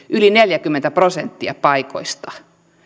yli neljäkymmentä prosenttia paikoista